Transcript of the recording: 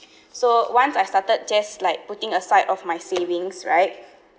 so once I started just like putting aside of my savings right